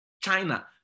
China